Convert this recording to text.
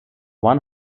one